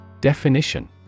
Definition